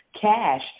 cash